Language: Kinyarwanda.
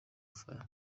fire